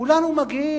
כולנו מגיעים,